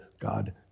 God